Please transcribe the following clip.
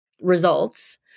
results